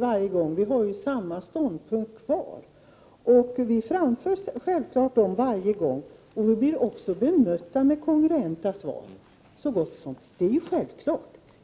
varje gång? Vi har ju fortfarande samma ståndpunkt, och den framför vi självfallet varje gång. Vi blir också bemötta med så gott som kongruenta svar. Det är självklart.